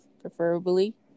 preferably